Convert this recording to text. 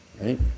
Right